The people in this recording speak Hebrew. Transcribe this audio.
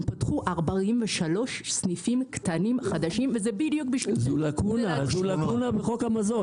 הם פתחו 43 סניפים קטנים חדשים וזה בשביל --- זו לקונה בחוק המזון.